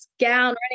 gown